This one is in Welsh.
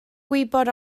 gwybod